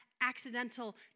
accidental